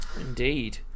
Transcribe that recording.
Indeed